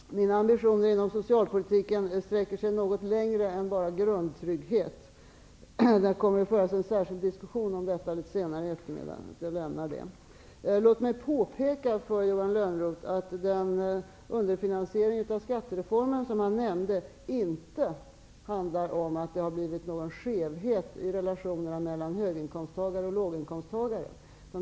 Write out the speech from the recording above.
Herr talman! Mina ambitioner inom socialpolitiken sträcker sig något längre än till bara grundtryggheten. Eftersom det kommer att föras en särskild diskussion om detta senare på eftermiddagen lämnar jag den saken. Låt mig påpeka för Johan Lönnroth att den underfinansiering av skattereformen som han nämnde inte handlar om att det har blivit en skevhet i relationerna mellan höginkomsttagare och låginkomsttagare.